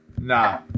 Nah